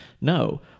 no